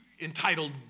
entitled